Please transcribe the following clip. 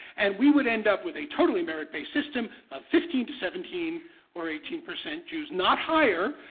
and we would end up with a totally merit-based system of fifteen to seventeen or eighteen percent jews, not higher,